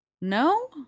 No